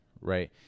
right